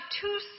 two